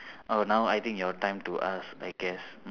oh now I think your time to ask I guess